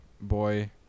boy